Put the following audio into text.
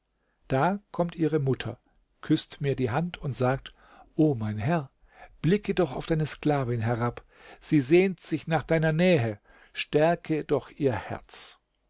da kommt ihre mutter küßt mir die hand und sagt o mein herr blicke doch auf deine sklavin herab sie sehnt sich nach deiner nähe stärke doch ihr herz